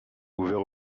ouvert